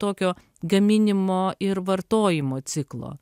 tokio gaminimo ir vartojimo ciklo